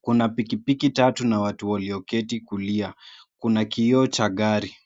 Kuna pikipiki tatu na watu walioketi kulia. Kuna kioo cha gari.